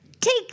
take